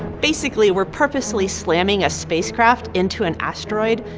basically, we are purposely slamming a spacecraft, into an asteroid,